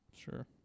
Sure